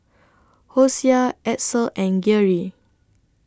Hosea Edsel and Geary